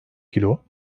kilo